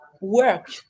work